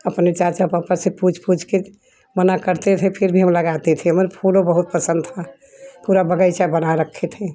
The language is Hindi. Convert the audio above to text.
अपने चाचा पापा से पूछ पूछकर मना करते थे फ़िर भी हम लगाते थे मगर फूल बहुत पसंद था पूरा बगीचा बना रखे थे